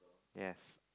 yes